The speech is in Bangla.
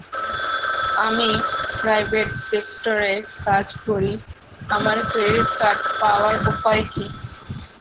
আমি প্রাইভেট সেক্টরে কাজ করি আমার ক্রেডিট কার্ড পাওয়ার উপায় কি?